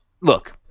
look